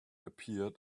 appeared